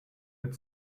mit